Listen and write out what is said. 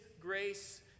grace